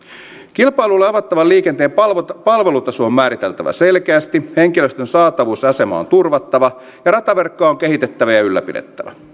kilpailulle avattavan liikenteen palvelutaso on määriteltävä selkeästi henkilöstön saatavuus ja asema on turvattava ja rataverkkoa on kehitettävä ja ylläpidettävä